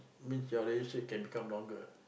means your relationship can become longer